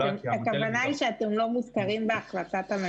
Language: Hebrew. --- הכוונה היא שאתם לא מוזכרים בהחלטת הממשלה.